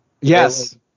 Yes